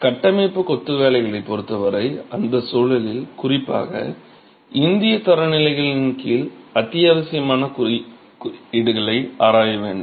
கட்டமைப்பு கொத்து வேலைகளை பொறுத்த வரை அந்தச் சூழலில் குறிப்பாக இந்தியத் தரநிலைகளின் கீழ் அத்தியாவசியமான குறியீடுகளை ஆராய வேண்டும்